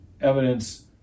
evidence